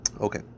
Okay